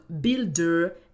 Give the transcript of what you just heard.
builder